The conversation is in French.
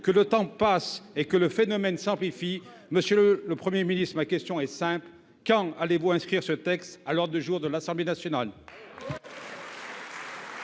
que le temps passe et que le phénomène s’amplifie, monsieur le Premier ministre, ma question sera simple : quand allez vous inscrire ce texte à l’ordre du jour de l’Assemblée nationale ?